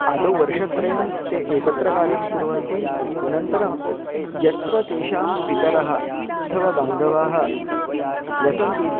आदौ वर्षत्रयं ते एकत्र कार्यं कुर्वन्ति अनन्तरं यत्र तेषां पितरः अथवा बान्धवाः वसन्ति